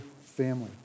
family